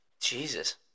Jesus